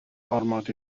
ormod